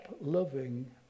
loving